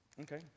Okay